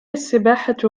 السباحة